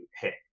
hit